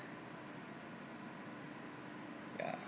yeah